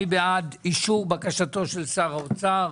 מי בעד אישור בקשתו של שר האוצר?